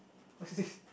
what's this